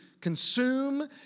consume